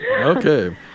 Okay